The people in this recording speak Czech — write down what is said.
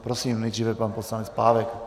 Prosím, nejdříve pan poslanec Pávek.